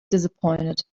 disappointed